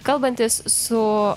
kalbantis su